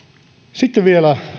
sitten vielä